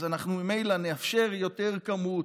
אז אנחנו ממילא נאפשר יותר כמות,